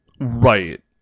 Right